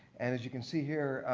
and as you can see here,